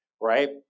right